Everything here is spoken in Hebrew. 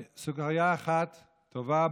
סוכריה אחת טובה,